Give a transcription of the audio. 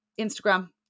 Instagram